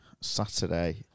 Saturday